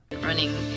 Running